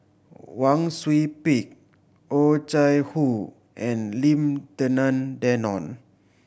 Wang Sui Pick Oh Chai Hoo and Lim Denan Denon